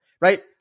right